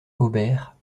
hobert